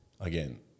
again